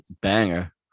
banger